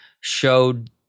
showed